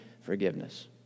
forgiveness